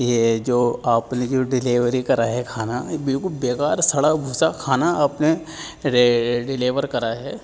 یہ جو آپ نے جو ڈیلیوری کرا ہے کھانا بالکل بے کار سڑا بھسا کھانا آپ نے ڈیلیور کرا ہے